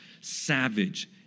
savage